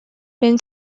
been